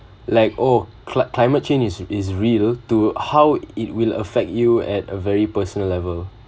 like oh cli~ climate change is is real to how it will affect you at a very personal level